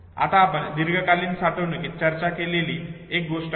आता आपण दीर्घकालीन साठवणुकीत चर्चा केलेली एक गोष्ट आठवा